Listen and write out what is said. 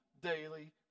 daily